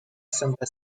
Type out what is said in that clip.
santa